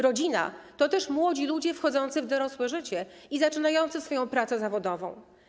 Rodzina to też młodzi ludzie wchodzący w dorosłe życie i zaczynający swoją pracę zawodową.